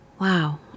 wow